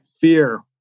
fear